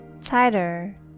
tighter